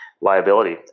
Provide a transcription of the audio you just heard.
liability